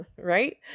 right